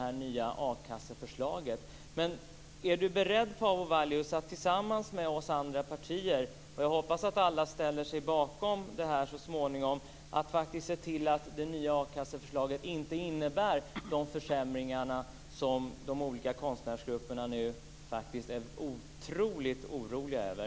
Är Paavo Vallius beredd att tillsammans med oss andra partier - jag hoppas att alla ställer sig bakom detta så småningom - faktiskt se till att det nya akasseförslaget inte innebär de försämringar som de olika konstnärsgrupperna är otroligt oroliga över?